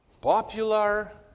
popular